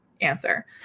answer